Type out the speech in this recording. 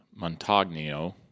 Montagnio